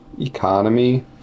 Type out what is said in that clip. economy